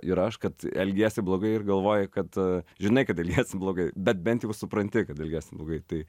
ir aš kad elgiesi blogai ir galvoji kad žinai kad elgiesi blogai bet bent jau supranti kad elgiesi blogai tai